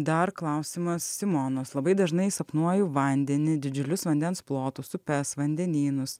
dar klausimas simonos labai dažnai sapnuoju vandenį didžiulius vandens plotus upes vandenynus